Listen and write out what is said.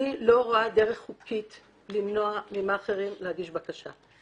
אני לא רואה דרך חוקית למנוע ממאכערים להגיש בקשה.